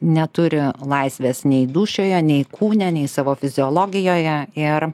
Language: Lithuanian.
neturi laisvės nei dūšioje nei kūne nei savo fiziologijoje ir